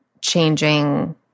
changing